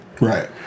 Right